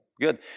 good